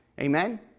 Amen